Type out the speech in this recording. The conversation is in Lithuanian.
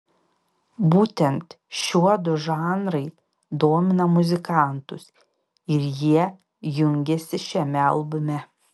būtent šiuodu žanrai domina muzikantus ir jie jungiasi šiame albume